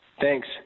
Thanks